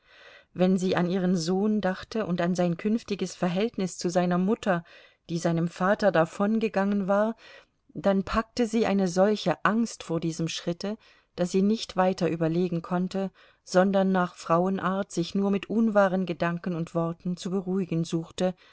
wenn sie an ihren sohn dachte und an sein künftiges verhältnis zu seiner mutter die seinem vater davongegangen war dann packte sie eine solche angst vor diesem schritte daß sie nicht weiter überlegen konnte sondern nach frauenart sich nur mit unwahren gedanken und worten zu beruhigen suchte